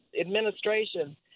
administration